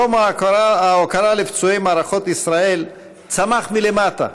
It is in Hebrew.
יום ההוקרה לפצועי מערכות ישראל צמח מלמטה,